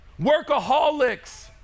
workaholics